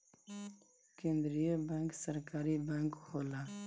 केंद्रीय बैंक सरकारी बैंक होला